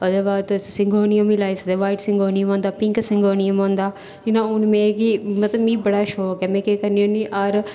ओह्दे बाद तुस सीगोनीयम गी लाई सकदे व्हाइट सीगोनीयम होंदा पिंक सीगोनियम होंदा जियां हून मेगी मतलब मी बड़ा शौक ऐ ते में केह् करनी होन्नीं हर